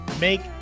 make